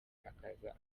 akaza